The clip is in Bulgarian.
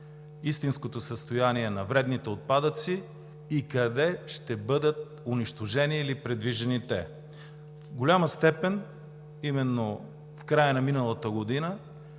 истинското състояние на вредните отпадъци? Къде ще бъдат унищожени или придвижени те? В голяма степен именно в края на миналата година